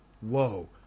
whoa